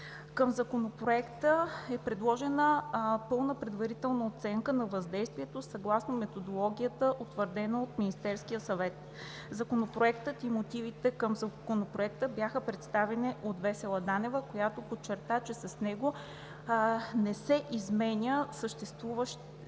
Към Законопроекта е приложена пълна предварителна оценка на въздействието съгласно методологията, утвърдена от Министерския съвет. Законопроектът и мотивите към него бяха представени от Весела Данева, която подчерта, че с него не се изменя съществено